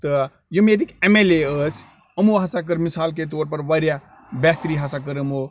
تہٕ یِم ییٚتِکۍ ایٚم ایٚل اے ٲسۍ یِمو ہسا کٔر مِثال کے طور پر واریاہ بہتری ہسا کٔر یِمو